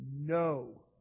No